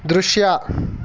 ದೃಶ್ಯ